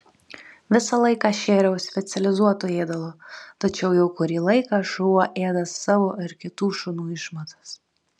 visą laiką šėriau specializuotu ėdalu tačiau jau kurį laiką šuo ėda savo ir kitų šunų išmatas